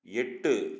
எட்டு